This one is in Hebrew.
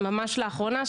ממש לאחרונה,